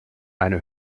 eine